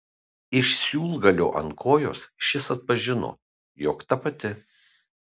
iš siūlgalio ant kojos šis atpažino jog ta pati